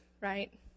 right